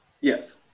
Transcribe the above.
yes